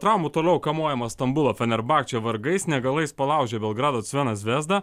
traumų toliau kamuojama stambulo fenerbahce vargais negalais palaužė belgrado belgrado crveną zvezdą